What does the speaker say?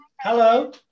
hello